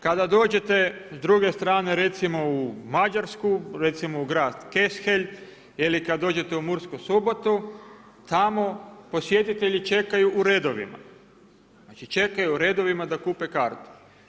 Kada dođete s druge strane recimo u Mađarsku, recimo u grad Keszhely ili kada dođete u Mursku Sobotu tamo posjetitelji čekaju u redovima, znači čekaju u redovima da kupe karte.